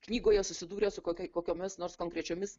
knygoje susidūrę su kokia kokiomis nors konkrečiomis